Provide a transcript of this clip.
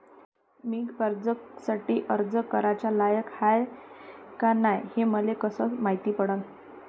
मी कर्जासाठी अर्ज कराचा लायक हाय का नाय हे मले कसं मायती पडन?